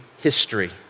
history